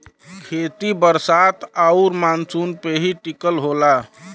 खेती बरसात आउर मानसून पे ही टिकल होला